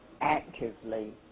actively